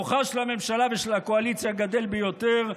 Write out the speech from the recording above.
כוחה של הממשלה ושל הקואליציה גדל ביותר,